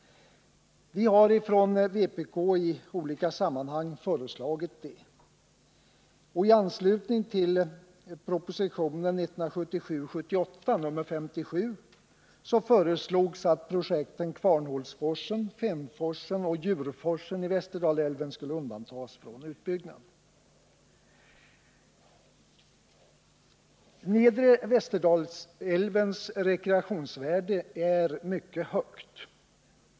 Vi har från vpk i olika sammanhang föreslagit det. Nedre Västerdalälvens rekreationsvärde är mycket högt.